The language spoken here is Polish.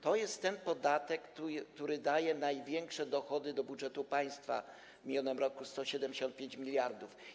To jest ten podatek, który daje największe dochody do budżetu państwa, w minionym roku - 175 mld.